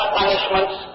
punishments